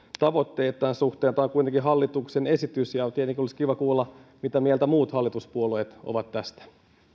tavoitteet tämän suhteen tämä on kuitenkin hallituksen esitys ja tietenkin olisi kiva kuulla mitä mieltä muut hallituspuolueet ovat tästä